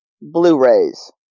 Blu-rays